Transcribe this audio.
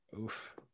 Oof